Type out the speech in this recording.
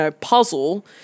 puzzle